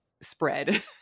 spread